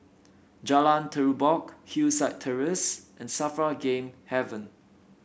Jalan Terubok Hillside Terrace and Safra Game Haven